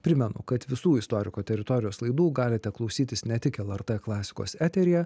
primenu kad visų istoriko teritorijos laidų galite klausytis ne tik lrt klasikos eteryje